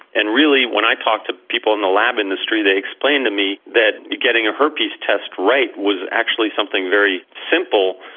and really when i talked to people in the lab industry they explained to me that getting a herpes test right was actually something very simple.